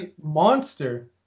monster